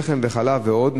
לחם וחלב ועוד,